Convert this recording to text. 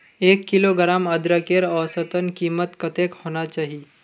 एक किलोग्राम अदरकेर औसतन कीमत कतेक होना चही?